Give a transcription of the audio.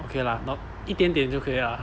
okay lah not 一点点就可以啊